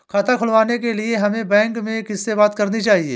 खाता खुलवाने के लिए हमें बैंक में किससे बात करनी चाहिए?